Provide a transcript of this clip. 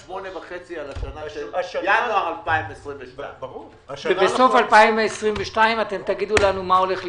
הם יבואו לבקש 8 מיליון שקל בינואר 2022. בסוף 2022 תגידו לנו מה הולך לקרות?